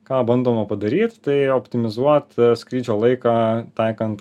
ką bando padaryt tai optimizuot skrydžio laiką taikant